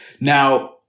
Now